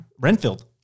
Renfield